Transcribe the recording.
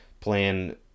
plan